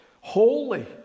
Holy